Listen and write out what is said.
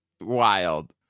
Wild